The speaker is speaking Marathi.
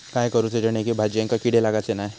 काय करूचा जेणेकी भाजायेंका किडे लागाचे नाय?